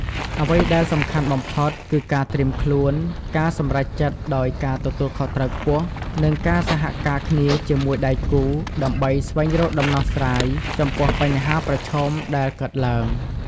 អ្វីដែលសំខាន់បំផុតគឺ ការត្រៀមខ្លួន ការសម្រេចចិត្តដោយការទទួលខុសត្រូវខ្ពស់ និងការសហការគ្នាជាមួយដៃគូ ដើម្បីស្វែងរកដំណោះស្រាយចំពោះបញ្ហាប្រឈមដែលកើតឡើង។